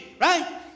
Right